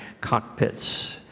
cockpits